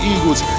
Eagles